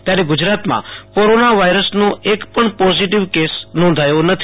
ત્યારે ગુજરાતમાં કોરોના વાયરસનો એક પણ પોઝિટીવ કેસ નોંધાયો નથી